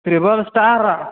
triple star